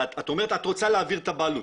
את אומרת שאת רוצה להעביר את הבעלות,